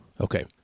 Okay